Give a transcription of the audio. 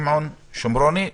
שמעון שמרוני,